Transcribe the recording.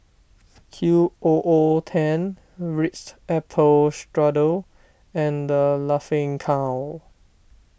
Q O O ten Ritz Apple Strudel and the Laughing Cow